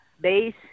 base